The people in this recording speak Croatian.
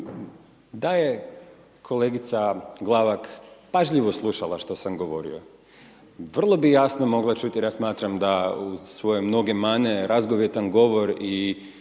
da je kolegica Glavak pažljivo slušao što sam govorio, vrlo bi jasno mogla čuti, jer ja smatram da uz svoje mnoge mane, razgovijetan govor i